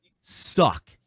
suck